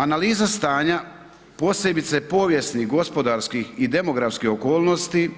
Analiza stanja posebice povijesnih, gospodarskih i demografskih okolnosti